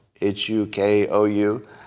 H-U-K-O-U